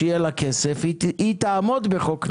שיהיה לה כסף, היא תעמוד בחוק נהרי,